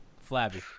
Flabby